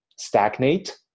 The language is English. stagnate